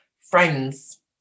friends